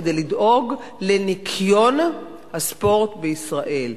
כדי לדאוג לניקיון הספורט בישראל,